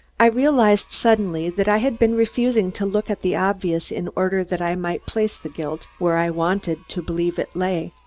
i realized suddenly that i had been refusing to look at the obvious in order that i might place the guilt where i wanted to believe it lay.